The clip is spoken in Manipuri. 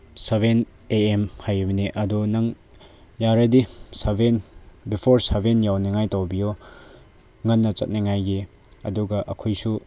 ꯁꯦꯕꯦꯟ ꯑꯦ ꯑꯦꯝ ꯍꯥꯏꯕꯅꯦ ꯑꯗꯣ ꯅꯪ ꯌꯥꯔꯗꯤ ꯁꯦꯕꯦꯟ ꯕꯤꯐꯣꯔ ꯁꯦꯕꯦꯟ ꯌꯧꯅꯤꯡꯉꯥꯏ ꯇꯧꯕꯤꯌꯣ ꯉꯟꯅ ꯆꯠꯅꯤꯡꯉꯥꯏꯒꯤ ꯑꯗꯨꯒ ꯑꯩꯈꯣꯏꯁꯨ